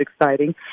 exciting